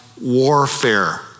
warfare